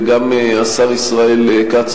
וגם השר ישראל כץ,